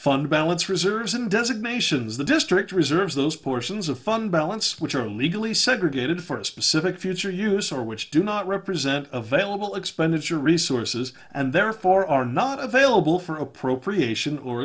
fund balance reserves and designations the district reserves those portions of fund balance which are legally segregated for a specific future use or which do not represent available expenditure resources and therefore are not available for appropriation or